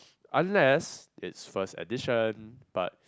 unless it's first edition but